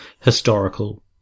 historical